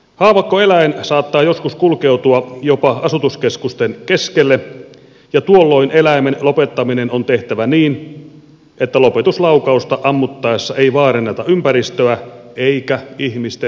haavakkoeläin saattaa joskus kulkeutua jopa asutuskeskusten keskelle ja tuolloin eläimen lopettaminen on tehtävä niin että lopetuslaukausta ammuttaessa ei vaaranneta ympäristöä eikä ihmisten turvallisuutta